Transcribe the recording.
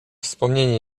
wspomnienie